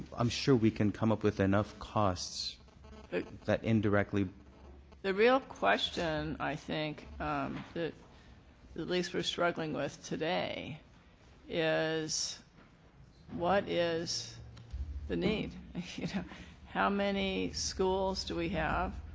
i'm sure we can come up with enough costs that indirectly the real question i think that at least we're struggling with today is what is the need how many schools do we have,